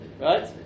Right